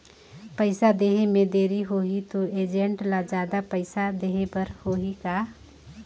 पइसा देहे मे देरी होही तो एजेंट ला जादा पइसा देही बर होही का?